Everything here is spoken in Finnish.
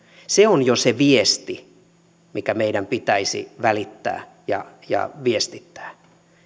se on jo se viesti mikä meidän pitäisi välittää ja ja viestittää